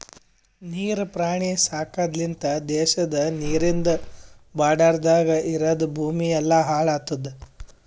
ನೀರ್ ಪ್ರಾಣಿ ಸಾಕದ್ ಲಿಂತ್ ದೇಶದ ನೀರಿಂದ್ ಬಾರ್ಡರದಾಗ್ ಇರದ್ ಭೂಮಿ ಎಲ್ಲಾ ಹಾಳ್ ಆತುದ್